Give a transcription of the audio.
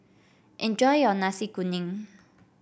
enjoy your Nasi Kuning